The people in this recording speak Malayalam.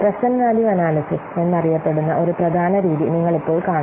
പ്രേസേന്റ്റ് വാല്യൂ അനാല്യ്സിസ് എന്നറിയപ്പെടുന്ന ഒരു പ്രധാന രീതി നിങ്ങൾ ഇപ്പോൾ കാണും